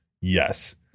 yes